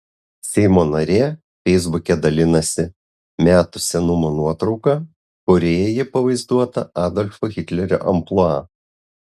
seimo narė feisbuke dalinasi metų senumo nuotrauka kurioje ji pavaizduota adolfo hitlerio amplua